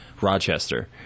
Rochester